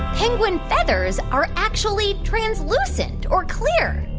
penguin feathers are actually translucent, or clear?